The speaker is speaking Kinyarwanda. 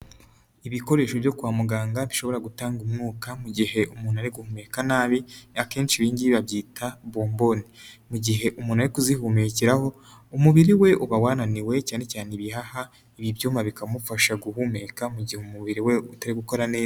Ibikoresho byo kwa muganga bishobora gutanga umwuka mu gihe umuntu ari guhumeka nabi, akenshi ibgi babyita bomboni. Mu gihe umuntu ari kuzihumekeraho umubiri we uba wananiwe cyane cyane ibihaha, ibi ibyuma bikamufasha guhumeka, mu gihe umubiri we utari gukora neza.